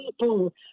people